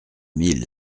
mille